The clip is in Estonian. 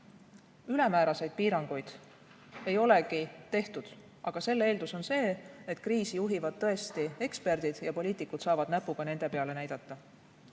ülemääraseid piiranguid ei ole tehtud, aga selle eeldus on see, et kriisi juhivad tõesti eksperdid ja poliitikud saavad näpuga nende peale näidata.